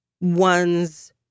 one's